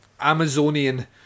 Amazonian